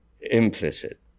implicit